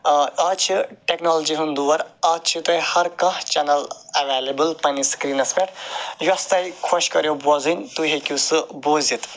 آز چھُ ٹیٚکنالجی ہُنٛد دور اتھ چھو تۄہہِ ہر کانٛہہ چیٚنل اویلیبل پَننِس سکریٖنَس پیٚٹھ یوٚس تۄہہِ خۄش کَریٚو بوزٕن تُہۍ ہیٚکِو سۄ بوٗزِتھ